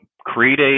create